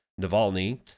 Navalny